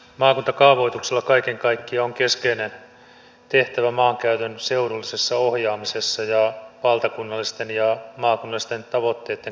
maakuntakaavoituksella kaiken kaikkiaan on keskeinen tehtävä maankäytön seudullisessa ohjaamisessa ja valtakunnallisten ja maakunnallisten tavoitteitten konkretisoinnissa